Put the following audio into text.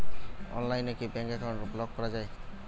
অনলাইনে কি bank account block করা য়ায়?